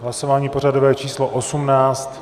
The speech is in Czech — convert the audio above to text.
Hlasování pořadové číslo 18.